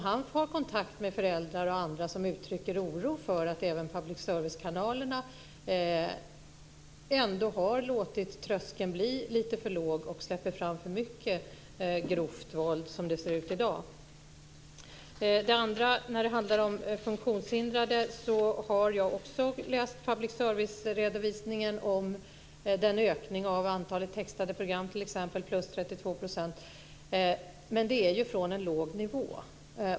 Har han kontakt med föräldrar och andra som uttrycker oro för att även public service-kanalerna har låtit tröskeln bli lite för låg och släpper fram för mycket grovt våld i dag? Sedan handlade det om de funktionshindrade. Jag har också läst public service-redovisningen om ökningen av antalet textade program, plus 32 %. Men det är ju från en låg nivå.